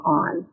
on